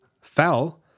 fell